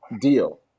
deal